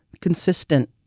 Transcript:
consistent